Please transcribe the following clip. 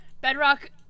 Bedrock